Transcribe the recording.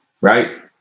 right